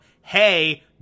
hey